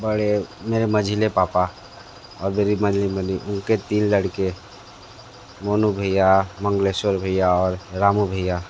बड़े मेरे मंझले पापा और मेरी मंझली मनी उनके तीन लड़के मोनू भैया मंगलेश्वर भैया और रामू भैया